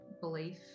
belief